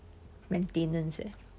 maintenance eh